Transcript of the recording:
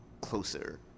closer